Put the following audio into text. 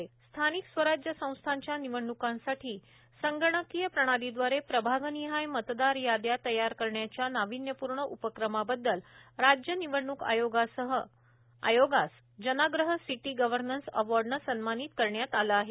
जनाग्रह प्रस्कार स्थानिक स्वराज्य संस्थांच्या निवडणुकांसाठी संगणकीय प्रणालीदवारे प्रभागनिहाय मतदार यादया तयार करण्याच्या नावीन्यपूर्ण उपक्रमाबददल राज्य निवडणूक आयोगास जनाग्रह सिटी गव्हर्नन्स अवॉर्डने सन्मानीत करण्यात आले आहे